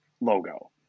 logo